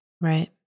Right